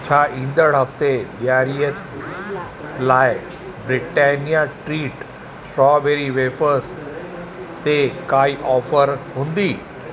छा ईंदड़ हफ्ते ॾियारीअ लाइ ब्रिटानिया ट्रीट स्ट्रॉबेरी वेफर्स ते काई ऑफर हूंदी